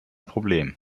problem